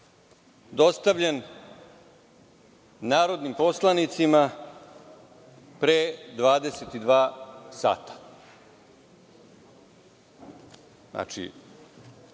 dostavljen narodnim poslanicima pre 22 sata.